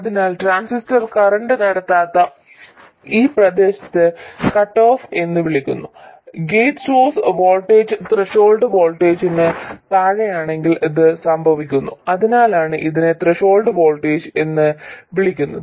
അതിനാൽ transistor current നടത്താത്ത ഈ പ്രദേശത്തെ കട്ട് ഓഫ് എന്ന് വിളിക്കുന്നു ഗേറ്റ് സോഴ്സ് വോൾട്ടേജ് ത്രെഷോൾഡ് വോൾട്ടേജിന് താഴെയാണെങ്കിൽ ഇത് സംഭവിക്കുന്നു അതിനാലാണ് ഇതിനെ ത്രെഷോൾഡ് വോൾട്ടേജ് എന്ന് വിളിക്കുന്നത്